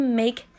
make